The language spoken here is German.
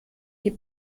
die